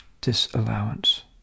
Disallowance